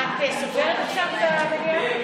חזותית בהשתתפות עצורים,